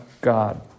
God